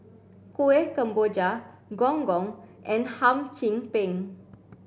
Kueh Kemboja gong gong and Hum Chim Peng